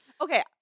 Okay